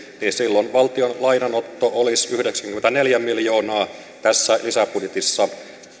niin silloin valtion lainanotto olisi yhdeksänkymmentäneljä miljoonaa tässä lisäbudjetissa